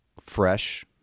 fresh